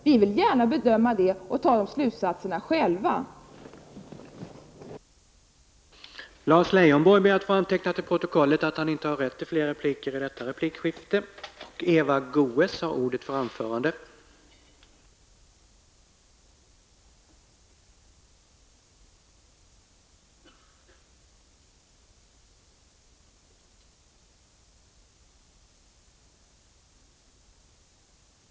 Vi vill gärna själva göra sådana bedömningar och dra slutsatser.